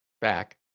back